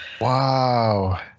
wow